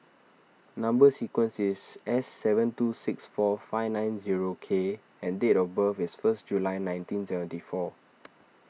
Number Sequence is S seven two six four five nine zero K and date of birth is first July nineteen seventy four